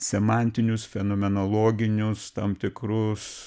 semantinius fenomenologinius tam tikrus